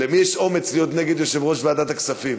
למי יש אומץ להיות נגד יושב-ראש ועדת הכספים?